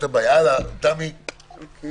"(9)